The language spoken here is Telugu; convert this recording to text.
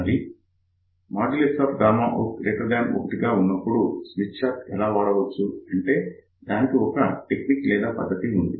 మరి out1ఉన్నప్పుడు స్మిత్ చార్ట్ ఎలా ఉపయోగించవచ్చు అంటే దానికి ఒక టెక్నిక్ లేదా పద్ధతి ఉంది